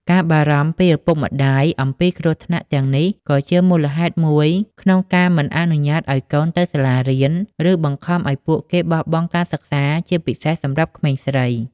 ការបារម្ភពីឪពុកម្តាយអំពីគ្រោះថ្នាក់ទាំងនេះក៏ជាមូលហេតុមួយក្នុងការមិនអនុញ្ញាតឱ្យកូនទៅសាលារៀន ឬបង្ខំឱ្យពួកគេបោះបង់ការសិក្សា ជាពិសេសសម្រាប់ក្មេងស្រី។